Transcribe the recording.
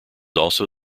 also